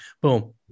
Boom